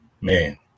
Man